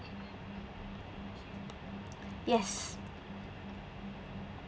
yes